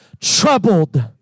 troubled